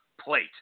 plate